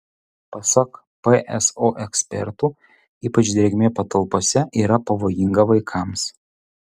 pasak pso ekspertų ypač drėgmė patalpose yra pavojinga vaikams